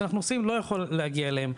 אני לא יכול להגיע אליהם.